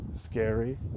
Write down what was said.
Scary